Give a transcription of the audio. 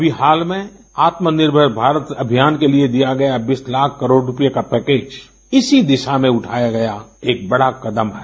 अभी हाल में आत्मनिर्भर भारत अभियान के लिए दिया गया बीस लाख करोड़ रुपए का पैकेज इसी दिशा में उठाया गया एक बड़ा कदम है